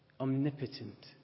omnipotent